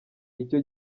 icyo